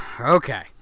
okay